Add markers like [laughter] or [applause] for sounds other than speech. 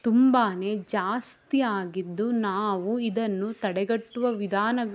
ತುಂಬ ಜಾಸ್ತಿ ಆಗಿದ್ದು ನಾವು ಇದನ್ನು ತಡೆಗಟ್ಟುವ ವಿಧಾನ [unintelligible]